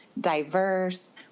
diverse